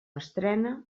estrena